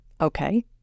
okay